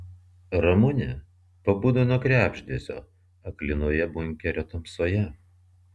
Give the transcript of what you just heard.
ramunė pabudo nuo krebždesio aklinoje bunkerio tamsoje